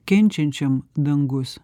kenčiančiam dangus